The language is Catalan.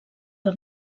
que